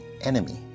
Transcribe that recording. enemy